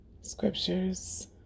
scriptures